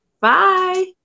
Bye